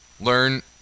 Learn